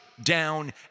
Down